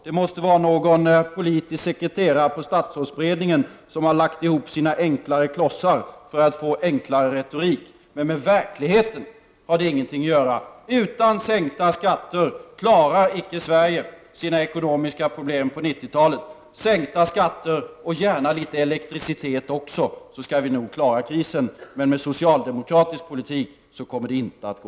Det måste vara någon politisk sekreterare i statsrådsberedningen som har lagt ihop sina enklare klossar i syfte att få fram enklare retorik. Men med verkligheten har detta ingenting att göra. Utan en sänkning av skatterna klarar Sverige icke sina ekonomiska problem på 90-talet. Med en sänkning av skatterna och gärna också litet elektricitet skall vi nog klara krisen. Men med socialdemokratisk politik kommer det inte att gå.